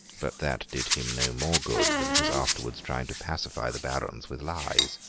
but that did him no more good than his afterwards trying to pacify the barons with lies.